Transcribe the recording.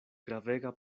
gravega